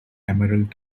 emerald